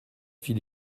fit